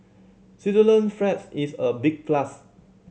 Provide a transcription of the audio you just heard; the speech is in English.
Switzerland's is a big plus